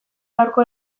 gaurko